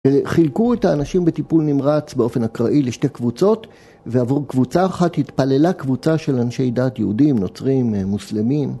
חילקו את האנשים בטיפול נמרץ באופן אקראי לשתי קבוצות ועבור קבוצה אחת התפללה קבוצה של אנשי דת יהודים, נוצרים, מוסלמים